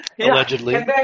allegedly